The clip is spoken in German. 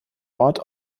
ort